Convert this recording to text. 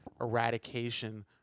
eradication